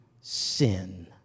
sin